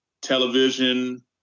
television